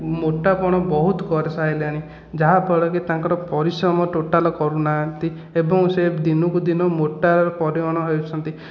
ମୋଟାପଣ ବହୁତ କରି ସାରିଲେଣି ଯାହାଫଳରେ ତାଙ୍କର ପରିଶ୍ରମ ଟୋଟାଲ କରୁନାହାଁନ୍ତି ଏବଂ ସେ ଦିନକୁ ଦିନ ମୋଟା ପରିମାଣ ହେଉଛନ୍ତି